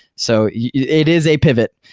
so yeah it is a pivot,